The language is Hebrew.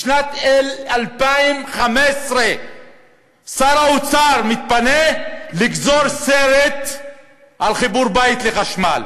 בשנת 2015 שר האוצר מתפנה לגזור סרט על חיבור בית לחשמל.